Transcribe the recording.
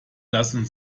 lassen